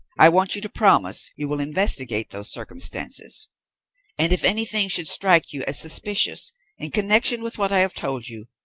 i want you to promise you will investigate those circumstances and, if anything should strike you as suspicious in connection with what i have told you,